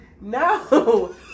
No